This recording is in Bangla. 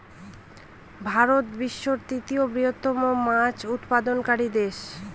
ভারত বিশ্বের তৃতীয় বৃহত্তম মাছ উৎপাদনকারী দেশ